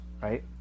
right